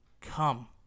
come